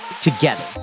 together